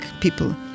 people